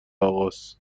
آقاست